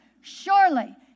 Surely